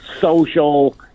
social